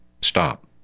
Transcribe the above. stop